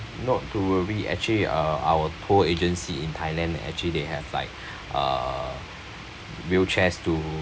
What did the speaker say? not to worry actually uh our tour agency in thailand actually they have like uh wheelchairs to